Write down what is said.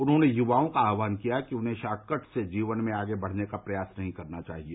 उन्होंने युवाओं का आहवान किया कि उन्हें शॉर्टकट से जीवन में आगे बढ़ने का प्रयास नहीं करना चाहिए